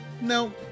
no